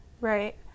Right